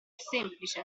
semplice